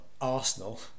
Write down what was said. Arsenal